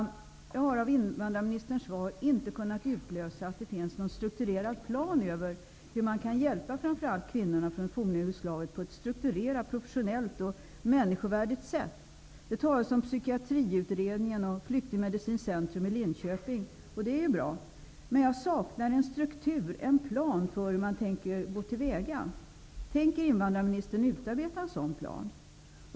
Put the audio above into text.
Jag har inte av invandrarministerns svar kunnat utläsa att det finns någon strukturerad plan över hur man kan hjälpa kvinnor från f.d. Jugoslavien på ett professionellt och människovärdigt sätt. Det talas om psykiatriutredning och Flyktingmedicinskt centrum i Linköping, och det är ju bra. Men jag saknar en struktur, en plan för hur man tänker gå till väga. Tänker invandrarministern utarbeta en sådan plan?